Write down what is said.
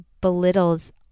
belittles